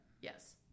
Yes